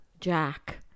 Jack